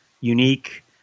unique